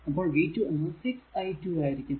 അപ്പോൾ v2 എന്നത് 6 i2 ആയിരിക്കും